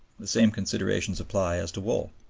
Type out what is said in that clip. the same considerations apply as to wool.